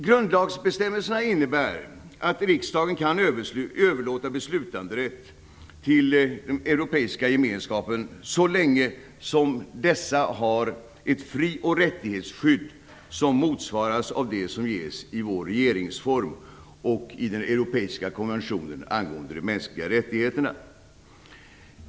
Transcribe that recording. Grundlagsbestämmelserna innebär att riksdagen kan överlåta beslutanderätt till den europeiska gemenskapen så länge som dessa har ett fri och rättighetsskydd som motsvaras av det som ges i vår regeringsform och i den europeiska konventionen angående de mänskliga rättigheterna.